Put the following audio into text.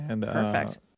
Perfect